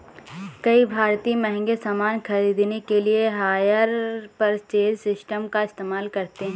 कई भारतीय महंगे सामान खरीदने के लिए हायर परचेज सिस्टम का इस्तेमाल करते हैं